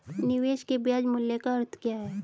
निवेश के ब्याज मूल्य का अर्थ क्या है?